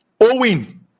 Owen